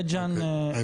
בית ג'אן הגישה.